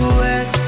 wet